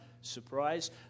surprise